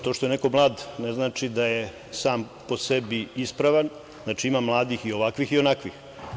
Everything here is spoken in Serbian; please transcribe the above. To što je neko mlad, ne znači da je sam po sebi ispravan, znači ima mladih i ovakvih i onakvih.